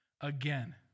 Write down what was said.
Again